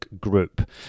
group